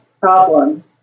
problem